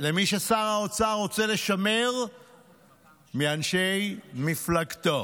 למי ששר האוצר רוצה לשמר מאנשי מפלגתו.